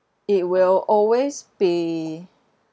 it will always be